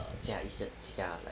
err 驾一下驾